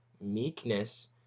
meekness